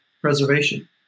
preservation